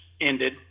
ended